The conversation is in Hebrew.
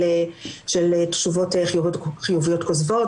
של תשובות חיוביות כוזבות,